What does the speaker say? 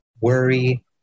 worry